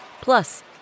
Plus